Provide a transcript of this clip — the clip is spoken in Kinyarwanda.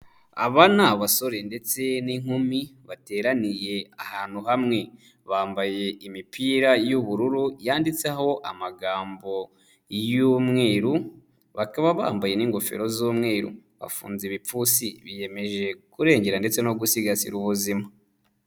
Aba ni abasore ndetse n'inkumi bateraniye ahantu hamwe, bambaye imipira y'ubururu yanditseho amagambo y'umweru, bakaba bambaye n'ingofero z'umweru, bafunze ibipfunsi biyemeje kurengera ndetse no gusigasira ubuzima.